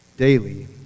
Daily